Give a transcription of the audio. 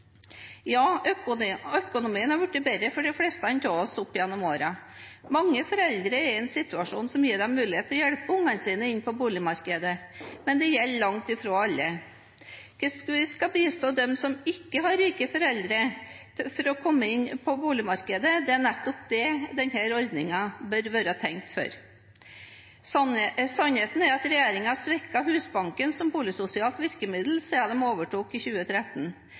Ja, økonomien er blitt bedre for de fleste av oss opp gjennom årene. Mange foreldre er i en situasjon som gir dem muligheten til å hjelpe barna sine inn på boligmarkedet, men det gjelder langt fra alle. Hvis vi skal bistå dem som ikke har rike foreldre, til å komme inn på boligmarkedet, er det nettopp det denne ordningen bør være tenkt for. Sannheten er at regjeringen har svekket Husbanken som boligsosialt virkemiddel siden de overtok i 2013.